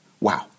Wow